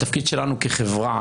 התפקיד שלנו כחברה,